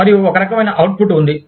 మరియు ఒక రకమైన అవుట్పుట్ ఉంది